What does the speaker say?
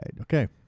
okay